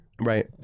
right